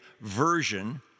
version